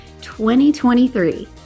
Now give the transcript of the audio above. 2023